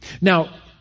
Now